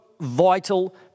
vital